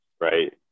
right